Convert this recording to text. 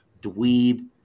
dweeb